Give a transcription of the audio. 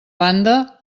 banda